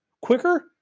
quicker